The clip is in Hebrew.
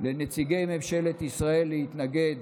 לנציגי ממשלת ישראל להתנגד